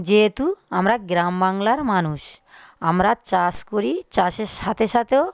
যেহেতু আমরা গ্রাম বাংলার মানুষ আমরা চাষ করি চাষের সাথে সাথেও